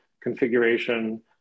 configuration